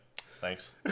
thanks